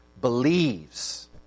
believes